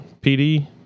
PD